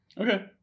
Okay